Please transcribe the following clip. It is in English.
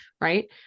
right